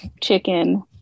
chicken